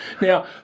Now